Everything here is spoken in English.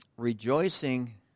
Rejoicing